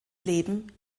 leben